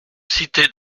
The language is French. cité